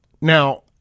Now